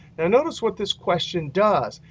and notice what this question does.